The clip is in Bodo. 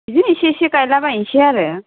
बिदिनो एसे एसे गायला बायसै आरो